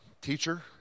teacher